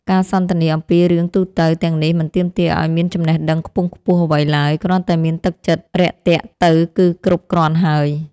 ការសន្ទនាអំពីរឿងទូទៅទាំងនេះមិនទាមទារឱ្យមានចំណេះដឹងខ្ពង់ខ្ពស់អ្វីឡើយ គ្រាន់តែមានទឹកចិត្តរាក់ទាក់ទៅគឺគ្រប់គ្រាន់ហើយ។